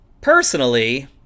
personally